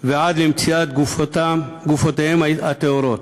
ועד למציאת גופותיהם הטהורות.